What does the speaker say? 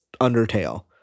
Undertale